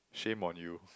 shame on you